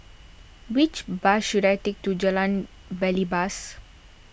which bus should I take to Jalan Belibas